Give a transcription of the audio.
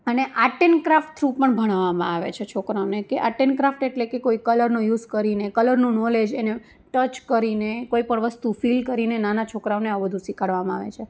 અને art and craft through પણ ભણાવામાં આવે છે છોકરાને કે આર્ટ એન્ડ ક્રાફ્ટ એટલે કે કોઈ કલરનો યુઝ કરીને કલરનું નોલેજ એને ટચ કરીને કોઈ પણ વસ્તુ ફિલ કરીને નાના છોકરાઓને આવું બધું શિખાડવામાં આવે છે